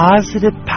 Positive